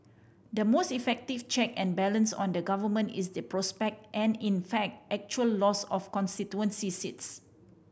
the most effective check and balance on the Government is the prospect and in fact actual loss of constituency seats